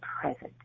present